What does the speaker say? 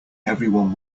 everyone